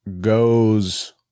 goes